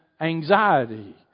anxiety